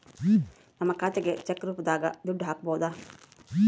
ನಮ್ ಖಾತೆಗೆ ಚೆಕ್ ರೂಪದಾಗ ದುಡ್ಡು ಹಕ್ಬೋದು